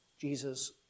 Jesus